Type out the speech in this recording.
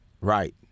Right